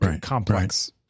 complex